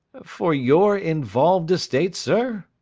for your involved estate, sir?